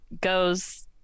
goes